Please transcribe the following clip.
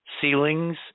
ceilings